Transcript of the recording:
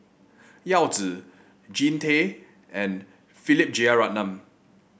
Yao Zi Jean Tay and Philip Jeyaretnam